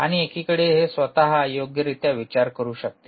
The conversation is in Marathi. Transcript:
आणि एकीकडे हे स्वतः योग्यरित्या विचार करू शकते